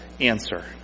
answer